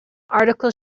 article